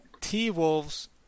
T-Wolves